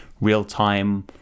real-time